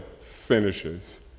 finishes